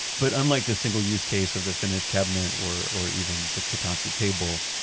but unlike the single use case of the finished cabinet or or even the kotatsu table,